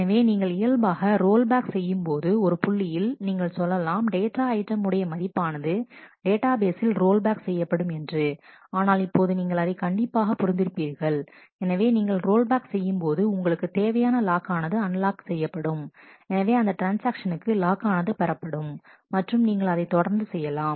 எனவே நீங்கள் இயல்பாக ரோல் ரோல் பேக் செய்யும்போது ஒரு புள்ளியில் நீங்கள் சொல்லலாம் டேட்டா ஐட்டம் உடைய மதிப்பானது டேட்டா பேசில் ரோல் பேக் செய்யப்படும் என்று ஆனால் இப்போது நீங்கள் அதை கண்டிப்பாக புரிந்திருப்பீர்கள் எனவே நீங்கள் ரோல் பேக் செய்யும்போது உங்களுக்கு தேவையான லாக் ஆனது அன்லாக் செய்யப்படும் எனவே அந்த ட்ரான்ஸ் ஆக்ஷனுக்கு லாக் ஆனது பெறப்படும் மற்றும் நீங்கள் அதை தொடர்ந்து செய்யலாம்